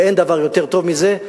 ואין דבר יותר טוב מזה,